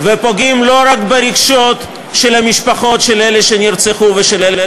ולא רק ברגשות המשפחות של אלה שנרצחו ואלה